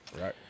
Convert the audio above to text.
Right